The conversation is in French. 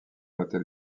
hôtel